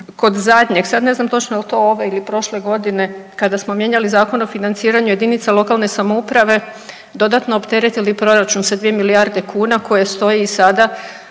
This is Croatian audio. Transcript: kod zadnje, sad ne znam točno jel to ove ili prošle godine, kada smo mijenjali Zakon o financiranju jedinica lokalne samouprave dodatno opteretili proračun sa 2 milijarde kuna koje stoje i sada